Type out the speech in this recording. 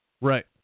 Right